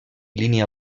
línia